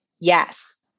yes